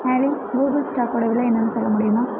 ஆலி கூகுள் ஸ்டாக்கோடய விலை என்னன்னு சொல்ல முடியுமா